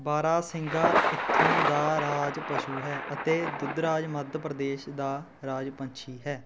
ਬਾਰਾਸਿੰਗਾ ਇੱਥੋਂ ਦਾ ਰਾਜ ਪਸ਼ੂ ਹੈ ਅਤੇ ਦੁੱਧਰਾਜ ਮੱਧ ਪ੍ਰਦੇਸ਼ ਦਾ ਰਾਜ ਪੰਛੀ ਹੈ